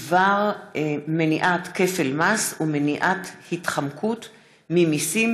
בדבר מניעת כפל מס ומניעת התחמקות ממיסים,